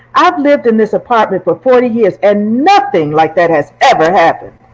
i've lived in this apartment for forty years and nothing like that has ever happened.